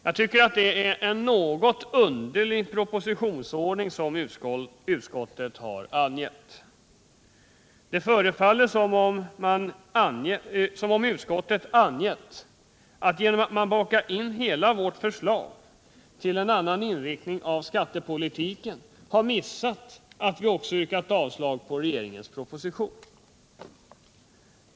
Jag tycker att det är en något underlig propositionsordning som utskottet har angett. Det förefaller som om utskottet genom att baka in hela vårt förslag till en annan inriktning av skattepolitiken har missat att vi också har yrkat avslag på regeringens proposition.